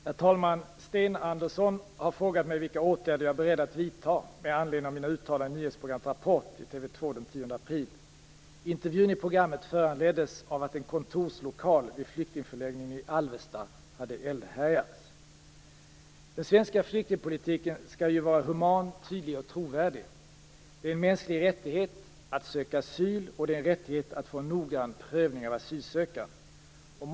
Herr talman! Sten Andersson har frågat mig vilka åtgärder jag är beredd att vidta med anledning av mina uttalanden i nyhetsprogrammet Rapport i SVT 2 den 10 april. Intervjun i programmet föranleddes av att en kontorslokal vid flyktingförläggningen i Alvesta hade eldhärjats. Den svenska flyktingpolitiken skall vara human, tydlig och trovärdig. Det är en mänsklig rättighet att söka asyl, och det är en rättighet att få en noggrann prövning av asylansökan.